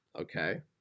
Okay